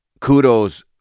Kudos